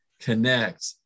connect